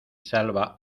salva